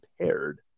paired